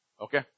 Okay